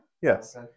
Yes